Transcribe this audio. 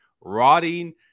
rotting